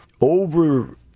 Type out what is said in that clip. Over